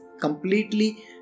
completely